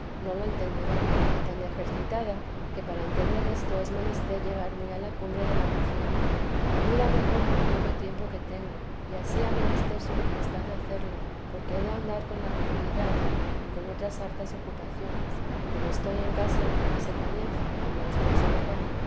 no lo entenderá y tan ejercitada que para entender esto es menester llegar muy a la cumbre de la oración ayúdame poco el poco tiempo que tengo y ansí ha menester su majestad hacerlo porque he de andar con la comunidad y con otras hartas ocupaciones como estoy en casa que ahora se comienza como después se verá y ansí es muy sin tener asiento lo